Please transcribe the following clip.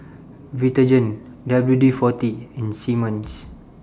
Vitagen W D forty and Simmons